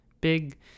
big